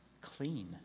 clean